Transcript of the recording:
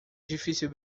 difícil